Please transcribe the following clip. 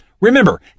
Remember